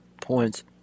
points